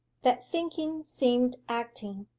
that thinking seemed acting,